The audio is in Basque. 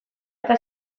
eta